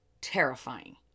terrifying